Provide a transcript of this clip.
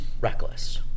reckless